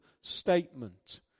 statement